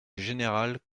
général